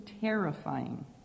terrifying